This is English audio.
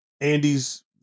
Andy's